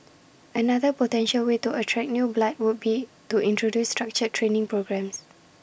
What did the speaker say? another potential way to attract new blood would be to introduce structured training programmes